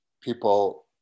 people